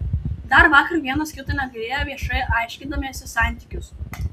dar vakar vienas kito negailėjo viešai aiškindamiesi santykius